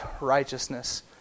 righteousness